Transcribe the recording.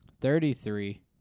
thirty-three